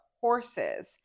horses